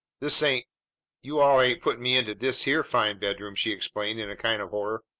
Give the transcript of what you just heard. this ain't you-all ain't puttin' me inta dis year fine bedroom! she exclaimed in a kind of horror.